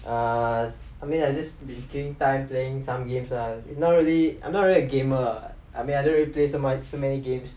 err I mean I've just been killing time playing some games lah it's not really I'm not really a gamer I mean I don't really play so much so many games